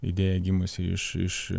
idėja gimusi iš iš